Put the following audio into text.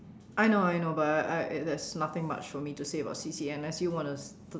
I know I know but I I there's nothing much for me to say about C_C_A unless you wanna